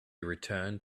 returned